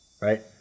right